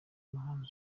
muhanzi